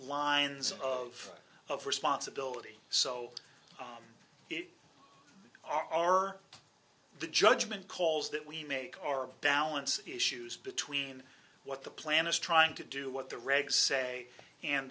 lines of of responsibility so it are the judgment calls that we make our balance issues between what the plan is trying to do what the regs say and